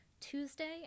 Tuesday